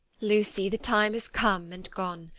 lucy, the time has come and gone.